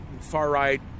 far-right